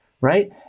right